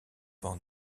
van